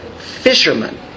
Fishermen